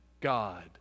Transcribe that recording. God